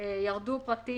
ירדו פרטים